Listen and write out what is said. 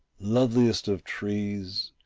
loveliest of trees,